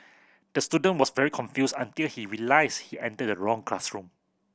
the student was very confused until he realised he entered the wrong classroom